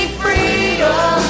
freedom